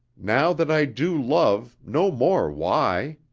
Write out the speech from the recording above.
now that i do love, no more why!